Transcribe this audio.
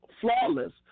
flawless